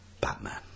Batman